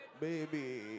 baby